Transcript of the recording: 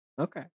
Okay